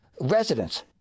residents